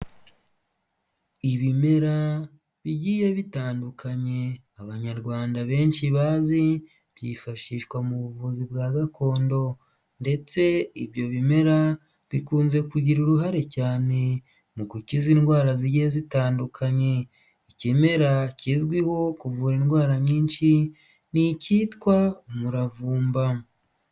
Ibimera bigiye bitandukanye, abanyarwanda benshi bazi, byifashishwa mu buvuzi bwa gakondo ndetse ibyo bimera bikunze kugira uruhare cyane mu gukiza indwara zigiye zitandukanye. Ikimera kizwiho kuvura indwara nyinshi ni icyitwa umuravumba.